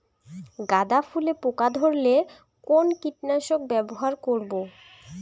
গাদা ফুলে পোকা ধরলে কোন কীটনাশক ব্যবহার করব?